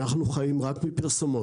אנחנו חיים רק מפרסומות.